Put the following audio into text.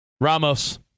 Ramos